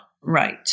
Right